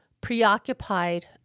preoccupied